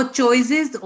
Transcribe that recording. choices